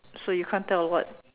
so you can't tell what